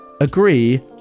agree